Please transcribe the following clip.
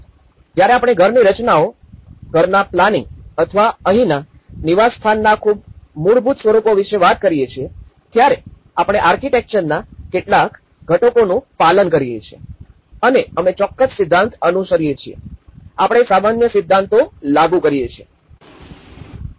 જ્યારે આપણે ઘરની રચનાઓ ઘરના પ્લાનિંગ અથવા અહીંના નિવાસસ્થાનના ખૂબ મૂળભૂત સ્વરૂપો વિશે વાત કરીએ છીએ ત્યારે આપણે આર્કિટેક્ચરના કેટલાક ઘટકોનું પાલન કરીએ છીએ અને અમે ચોક્કસ સિદ્ધાંત અનુસરિયે છીએ આપણે સામાન્ય સિદ્ધાંતો લાગુ કરીયે છીએ